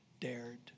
dared